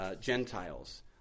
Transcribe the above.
Gentiles